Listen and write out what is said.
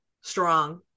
strong